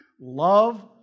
Love